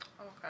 Okay